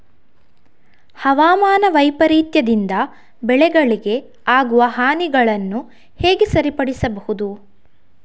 ಹವಾಮಾನ ವೈಪರೀತ್ಯದಿಂದ ಬೆಳೆಗಳಿಗೆ ಆಗುವ ಹಾನಿಗಳನ್ನು ಹೇಗೆ ಸರಿಪಡಿಸಬಹುದು?